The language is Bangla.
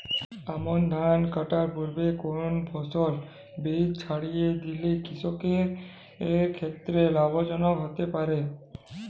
আমন ধান কাটার পূর্বে কোন ফসলের বীজ ছিটিয়ে দিলে কৃষকের ক্ষেত্রে লাভজনক হতে পারে?